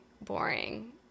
boring